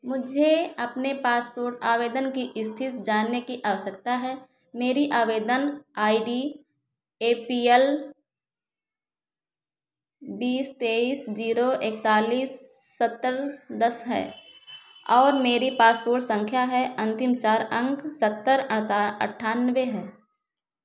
मुझे अपने पासपोर्ट आवेदन की स्थिति जानने की आवश्यकता है मेरी आवेदन ID A P L बीस तेइस शून्य एकतालिस सत्तर दस है और मेरी पासपोर्ट संख्या के अंतिम चार अंक सत्तर अट्ठानबे हैं